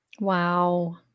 Wow